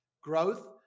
growth